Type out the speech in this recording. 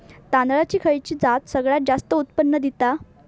तांदळाची खयची जात सगळयात जास्त उत्पन्न दिता?